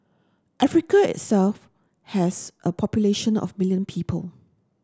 Africa itself has a population of million people